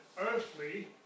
earthly